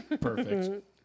Perfect